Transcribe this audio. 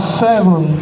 seven